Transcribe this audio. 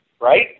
right